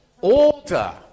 order